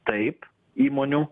taip įmonių